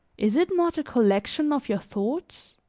is it not a collection of your thoughts?